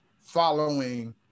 following